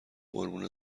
قربون